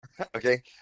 Okay